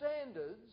standards